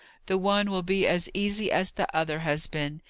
the one will be as easy as the other has been.